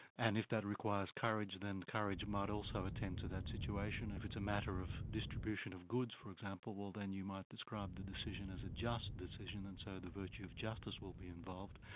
and if that requires courage, then courage might also attend to that situation if it's a matter of distribution of goods, for example, well then you might describe the decision as a just decision, and so the virtue of justice will be involved.